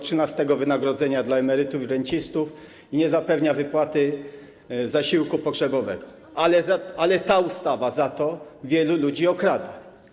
trzynastego wynagrodzenia dla emerytów i rencistów i nie zapewnia wypłaty zasiłku pogrzebowego, ale za to ta ustawa wielu ludzi okrada.